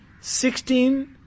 Sixteen